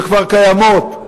שכבר קיימות,